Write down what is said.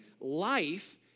life